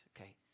okay